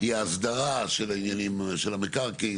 היא הסדרה של המקרקעין,